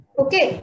okay